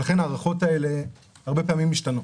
ולכן ההערכות האלה הרבה פעמים משתנות.